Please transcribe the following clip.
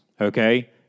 Okay